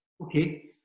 Okay